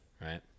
right